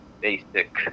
basic